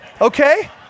okay